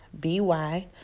B-Y